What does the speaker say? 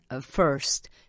First